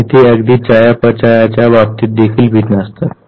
आणि ते अगदी चयापचयच्या बाबतीत देखील भिन्न असतात